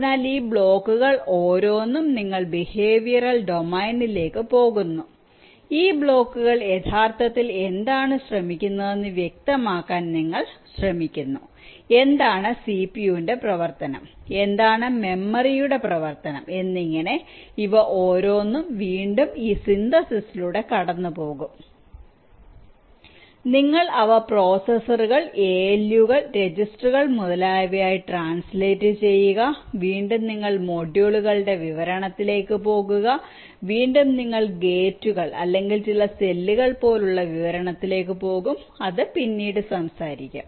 അതിനാൽ ഈ ബ്ലോക്കുകൾ ഓരോന്നും നിങ്ങൾ വീണ്ടും ബിഹേവിയറൽ ഡൊമെയ്നിലേക്ക് പോകുന്നു ഈ ബ്ലോക്കുകൾ യഥാർത്ഥത്തിൽ എന്താണ് ശ്രമിക്കുന്നതെന്ന് വ്യക്തമാക്കാൻ നിങ്ങൾ ശ്രമിക്കുന്നു എന്താണ് സിപിയുവിന്റെ പ്രവർത്തനം എന്താണ് മെമ്മറിയുടെ പ്രവർത്തനം എന്നിങ്ങനെ ഇവ ഓരോന്നും വീണ്ടും ഈ സിന്തസിസിലൂടെ കടന്നുപോകും നിങ്ങൾ അവ പ്രോസസ്സറുകൾ ALU കൾ രജിസ്റ്ററുകൾ മുതലായവയ ആയി ട്രാൻസ്ലേറ്റ് ചെയ്യുക വീണ്ടും നിങ്ങൾ മൊഡ്യൂളുകളുടെ വിവരണത്തിലേക്ക് പോകുക വീണ്ടും നിങ്ങൾ ഗേറ്റുകൾ അല്ലെങ്കിൽ ചില സെല്ലുകൾ പോലുള്ള വിവരണത്തിലേക്ക് പോകും അത് പിന്നീട് സംസാരിക്കും